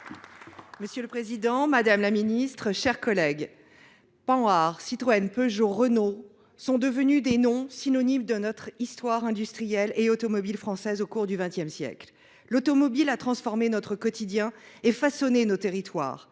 Monsieur le Président, Madame la Ministre, chers collègues, Panhard, Citroën, Peugeot, Renault sont devenus des noms synonymes de notre histoire industrielle et automobile française au cours du XXe siècle. L'automobile a transformé notre quotidien et façonné nos territoires.